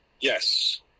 Yes